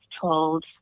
told